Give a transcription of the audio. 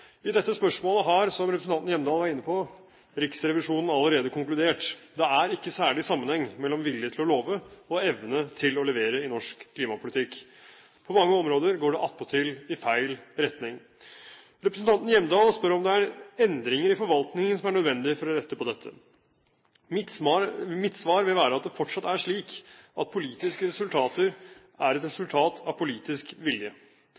I dette spørsmålet har – som representanten Hjemdal var inne på – Riksrevisjonen allerede konkludert: Det er ikke særlig sammenheng mellom vilje til å love og evne til å levere i norsk klimapolitikk. På mange områder går det attpåtil i feil retning. Representanten Hjemdal spør om det er endringer i forvaltningen som er nødvendig for å rette på dette. Mitt svar vil være at det fortsatt er slik at politiske resultater er et resultat av politisk vilje.